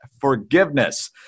forgiveness